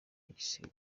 isibo